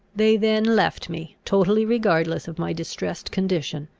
they then left me totally regardless of my distressed condition,